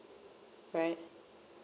right